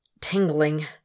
Tingling